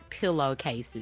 pillowcases